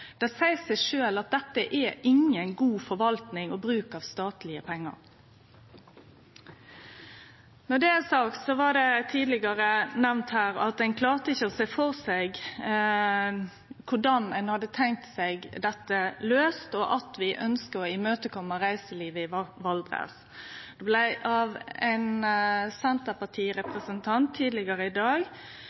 Det seier seg sjølv at dette er inga god forvaltning og ingen god bruk av statlege pengar. Når det er sagt, blei det tidlegare nemnt her at ein ikkje klarte å sjå for seg korleis ein hadde tenkt seg dette løyst, og at vi ønskjer å imøtekome reiselivet i Valdres. Det blei av ein senterpartirepresentant tidlegare i dag